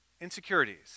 insecurities